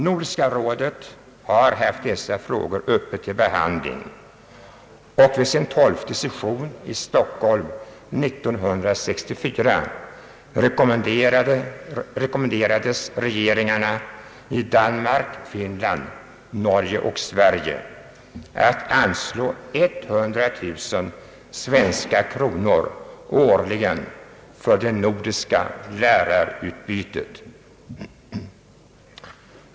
Nordiska rådet har haft dessa frågor uppe till behandling, och vid dess tolfte session i Stockholm 1964 rekommenderades regeringarna i Danmark, Finland, Norge och Sverige att anslå 100 000 svenska kronor årligen för det nordiska lärarutbytet.